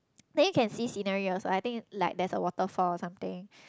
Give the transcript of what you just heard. then you can see scenery also I think like there's a waterfall or something